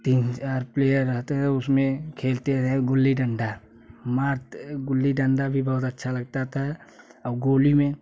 तीन से चार प्लेयर रहते है उसमें खेलते रहे गुल्ली डंडा मरते गुली डंडा भी बहुत अच्छा लगता था अब गोली में